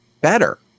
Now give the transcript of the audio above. better